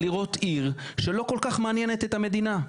אבל לראות עיר שלא כל כך מעניינת את המדינה.